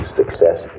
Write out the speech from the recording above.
success